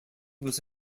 was